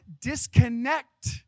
disconnect